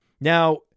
Now